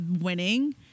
winning